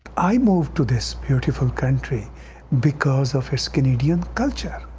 i moved to this beautiful country because of its canadian culture.